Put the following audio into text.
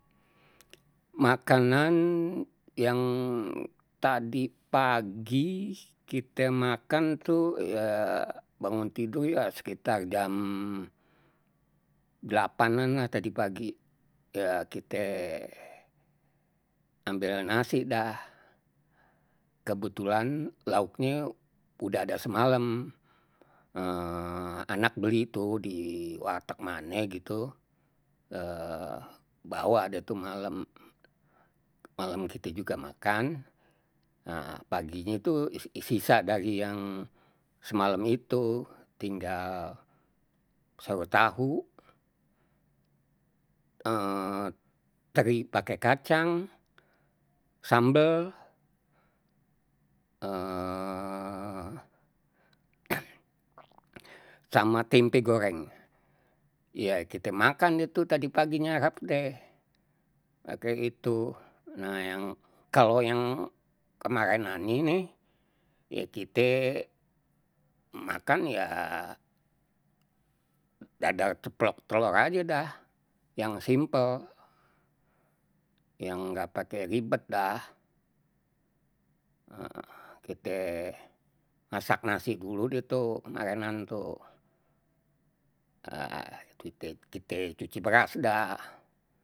Makanan yang yang tadi pagi kite makan tuh ya bangun tidur ya sekitar jam delapanan lah tadi pagi, kite ambil nasi dah. Kebetulan lauknye udah ada semalem. anak beli tuh di warteg mane gitu bawa, ada tuh malem. Malem kita juga makan nah paginye tuh sisa dari yang semalam itu tinggal sayur tahu, teri pakai kacang, sambel, sama tempe goreng. Ya kite makan deh tu tadi pagi nyarap deh makek itu, nah kalau yang kemarenannye nih nih ye kite makan ya dadar ceplok telor aje dah. Yang simpel, yang nggak pakai ribet dah. Kite masak nasi dulu deh tuh kemarenan tuh, kite kite cuci beras dah.